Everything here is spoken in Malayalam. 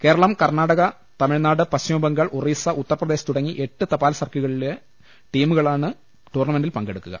കേരളം കർണാടക തമിഴ്നാട് പശ്ചിമ ബംഗാൾ ഒറീസ ഉത്തർപ്രദേശ് തുടങ്ങി എട്ട് തപാൽ സർക്കിളു കളിലെ ടീമുകളാണ് ടൂർണമെന്റിൽ പങ്കെടുക്കുക